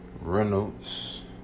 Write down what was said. Reynolds